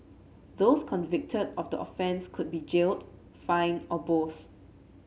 those convicted of the offence could be jailed fined or both